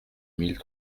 mille